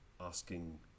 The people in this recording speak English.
asking